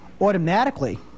automatically